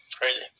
Crazy